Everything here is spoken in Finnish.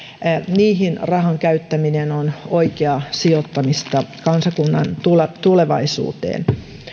niihin rahan käyttäminen on oikeaa sijoittamista kansakunnan tulevaisuuteen